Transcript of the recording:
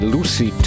Lucy